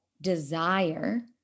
desire